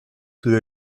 tout